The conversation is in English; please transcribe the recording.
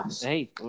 hey